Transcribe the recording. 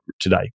today